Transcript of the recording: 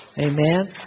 Amen